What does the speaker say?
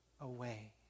away